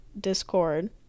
discord